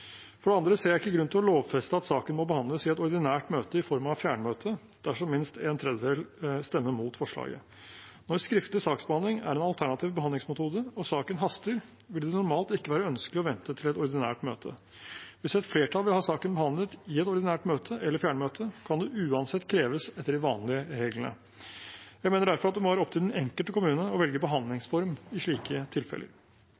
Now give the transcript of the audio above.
For det andre ser jeg ikke grunn til å lovfeste at saken må behandles i et ordinært møte i form av fjernmøte dersom minst en tredjedel stemmer mot forslaget. Når skriftlig saksbehandling er en alternativ behandlingsmetode og saken haster, ville det normalt ikke være ønskelig å vente til et ordinært møte. Hvis et flertall vil ha saken behandlet i et ordinært møte eller fjernmøte, kan det uansett kreves etter de vanlige reglene. Jeg mener derfor at det må være opp til den enkelte kommune å velge